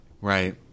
right